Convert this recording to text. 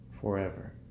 forever